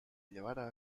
llevara